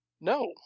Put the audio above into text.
No